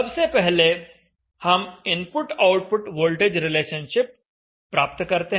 सबसे पहले हम इनपुट आउटपुट वोल्टेज रिलेशनशिप प्राप्त करते हैं